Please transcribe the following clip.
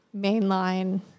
mainline